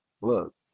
Look